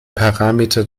parameter